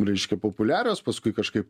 reiškia populiarios paskui kažkaip